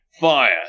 fire